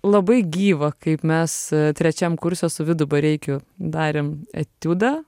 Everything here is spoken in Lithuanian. labai gyva kaip mes trečiam kurse su vidu bareikiu darėm etiudą